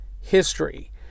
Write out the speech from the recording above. history